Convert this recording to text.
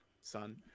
son